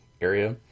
area